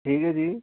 ਠੀਕ ਹੈ ਜੀ